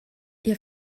ihr